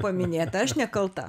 paminėta aš nekalta